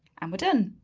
and we're done,